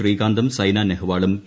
ശ്രീകാന്തും സൈനാ നെഹ്വാളും പി